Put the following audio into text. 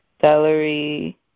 celery